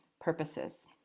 purposes